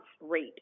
rate